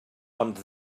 ond